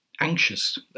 anxious